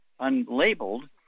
unlabeled